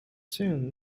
soon